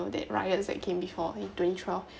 you know that riots that came before in twenty-twelve